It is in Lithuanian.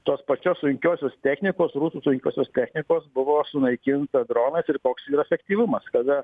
tos pačios sunkiosios technikos rusų sunkiosios technikos buvo sunaikinta dronais ir koks efektyvumas kada